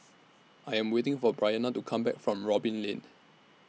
I Am waiting For Briana to Come Back from Robin Lane